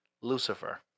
Lucifer